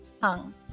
hung